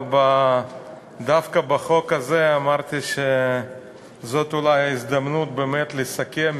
אבל דווקא בחוק הזה אמרתי שזאת אולי ההזדמנות באמת לסכם,